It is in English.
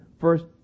first